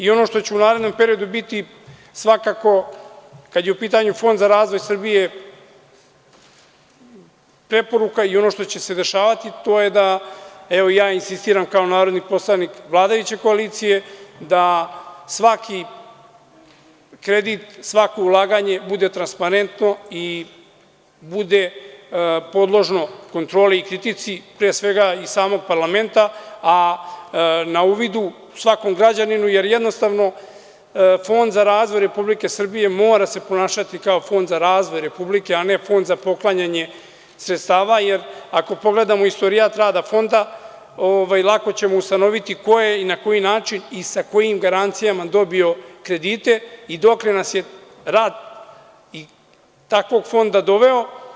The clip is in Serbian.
Ono što će u narednom periodu biti svakako kada je u pitanju Fond za razvoj Srbije preporuka i ono što će se dešavati, to je da, evo i ja insistiram kao narodni poslanik vladajuće koalicije, da svaki kredit, svako ulaganje bude transparentno i bude podložno kontroli i kritici, pre svega i samog parlamenta, a na uvidu svakom građaninu, jer jednostavno Fond za razvoj Republike Srbije mora se ponašati kao Fond za razvoj Republike, a ne fond za poklanjanje sredstava, jer ako pogledamo istorijat rada Fonda, lako ćemo ustanoviti ko je i na koji način i sa kojim garancijama dobio kredite i dokle nas je rad i takvog Fonda doveo.